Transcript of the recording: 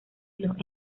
los